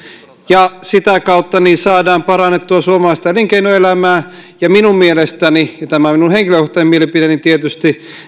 ja sitä kautta saadaan parannettua suomalaista elinkeinoelämää ja minun mielestäni ja tämä on minun henkilökohtainen mielipiteeni tietysti